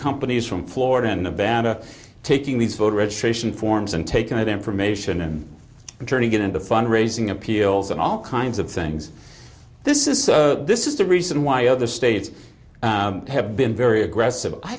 companies from florida and nevada taking these voter registration forms and taken that information and turning it into fund raising appeals and all kinds of things this is this is the reason why other states have been very aggressive i